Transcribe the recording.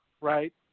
right